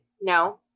no